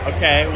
Okay